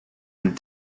and